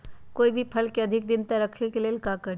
कोई भी फल के अधिक दिन तक रखे के लेल का करी?